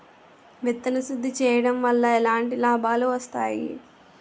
విత్తన శుద్ధి చేయడం వల్ల ఎలాంటి లాభాలు వస్తాయి?